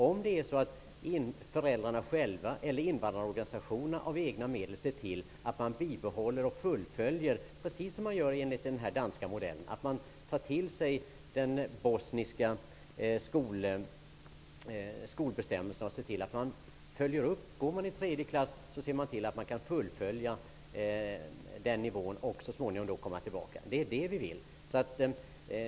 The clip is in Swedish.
Vi vill att invandrarorganisationerna eller föräldrarna själva med hjälp av egna medel ser till att viss nivå på hemspråket bibehålls och fullföljs, i enlighet med den danska modellen. I den danska modellen tar man till sig och följer upp de bosniska skolbestämmelserna. Om barnet exempelvis går i tredje klass ser man till att den nivån kan fullföljas, för att barnet så småning skall kunna återvända.